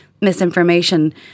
misinformation